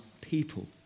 people